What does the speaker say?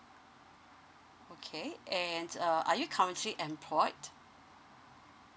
okay and uh are you currently employed